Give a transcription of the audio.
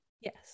Yes